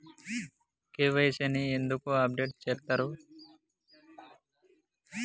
KYC ని ఎందుకు update చేత్తరు?